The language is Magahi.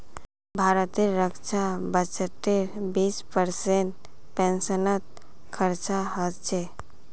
भारतेर रक्षा बजटेर बीस परसेंट पेंशनत खरचा ह छेक